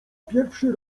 pierwszy